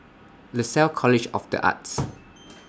Lasalle College of The Arts